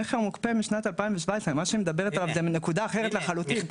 המכר מוקפא משנת 2017. מה שהיא מדברת עליו זה נקודה אחרת לחלוטין.